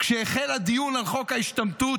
כשהחל הדיון על חוק ההשתמטות,